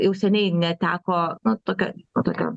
jau seniai neteko na tokia tokia